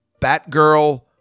Batgirl